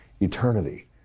eternity